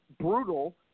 brutal